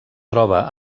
troba